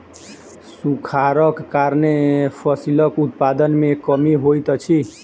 सूखाड़क कारणेँ फसिलक उत्पादन में कमी होइत अछि